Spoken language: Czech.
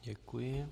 Děkuji.